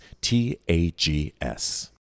T-A-G-S